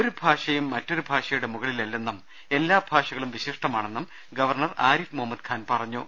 ഒരു ഭാഷയും മറ്റൊരു ഭാഷയുടെ മുകളിലല്ലെന്നും എല്ലാ ഭാഷകളും വിശിഷ്ടമാണെന്നും ഗവർണർ ആരിഫ് മുഹമ്മദ് ഖാൻ പറഞ്ഞു